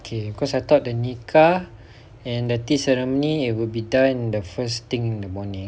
okay cause I thought the nikah and the tea ceremony will be done the first thing in the morning